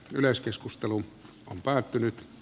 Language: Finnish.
yleiskeskustelu on päättynyt